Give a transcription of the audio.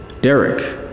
Derek